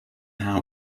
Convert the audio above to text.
how